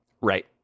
right